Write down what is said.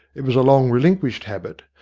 it was a long relinquished habit,